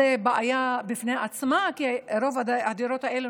זו בעיה בפני עצמה כי רוב הדירות האלו